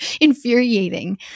infuriating